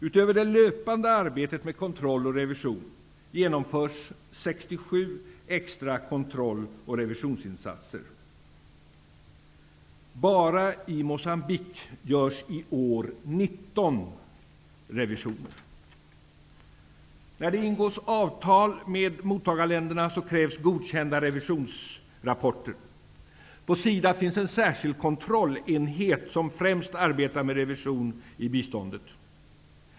Utöver det löpande arbete med kontroll och revision genomförs 67 extra kontroll och revisionsinsatser. Bara i Moçambique görs i år 19 revisioner. När det ingås avtal med mottagarländerna krävs godkända revisionsrapporter. På SIDA finns en särskild kontrollenhet som främst arbetar med revision i biståndet.